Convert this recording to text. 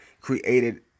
created